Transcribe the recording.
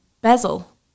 bezel